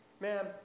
Ma'am